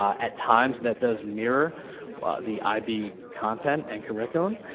at times that does mirror the ib content and curriculum,